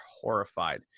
horrified